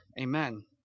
Amen